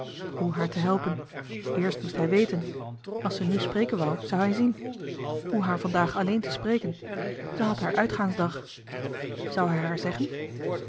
hoe haar te helpen eerst moest hij weten als ze nu spreken wou zou hij zien hoe haar vandaag alleen te spreken ze had haar uitgaansdag zou hij haar zeggen